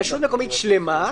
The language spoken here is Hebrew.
רשות מקומית שלמה,